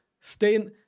Stay